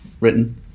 Written